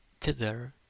thither